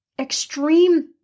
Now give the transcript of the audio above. extreme